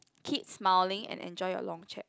keep smiling and enjoy your long chat